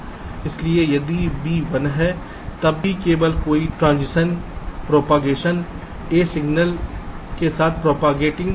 इसलिए यदि b 1 है तब ही केवल कोई भी ट्रांजिशन a सिग्नल में यहां प्रोपागेट होगा